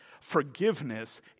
Forgiveness